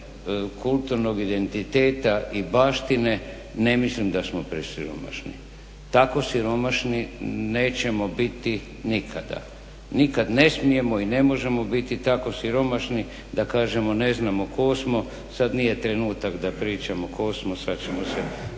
kulturnog identiteta i baštine ne mislim da smo presiromašni. Tako siromašni nećemo biti nikada. Nikada ne smijemo i ne možemo biti tako siromašni da kažemo ne znamo tko smo. Sada nije trenutak da pričamo tko smo, sada ćemo se